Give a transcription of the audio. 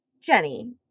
Jenny